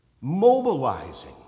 mobilizing